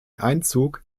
einzug